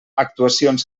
actuacions